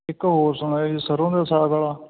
ਇੱਕ ਹੋਰ ਸੁਣਿਆ ਜੀ ਸਰ੍ਹੋਂ ਦੇ ਸਾਗ ਵਾਲਾ